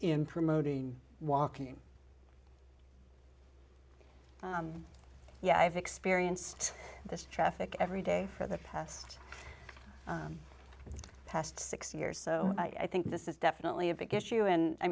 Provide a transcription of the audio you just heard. in promoting walking yeah i've experienced this traffic every day for the past past six years so i think this is definitely a big issue and i